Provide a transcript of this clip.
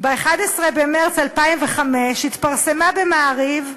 ב-11 במרס 2005 התפרסמה ב"מעריב"